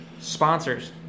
Sponsors